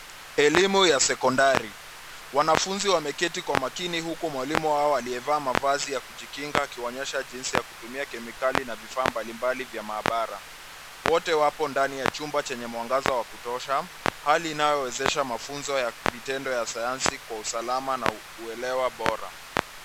Elimu ya sekondari. Wanafunzi wameketi kwa makini huku mwalimu wao aliyevaa mavazi ya kujikinga akiwaonyesha jinsi ya kutumia kemikali na vifaa mbalimbali vya maabara. Wote wapo ndani ya chumba chenye mwangaza wa kutosha, hali inayowezesha mafunzo ya vitendo ya sayansi kwa usalama na uelewa bora.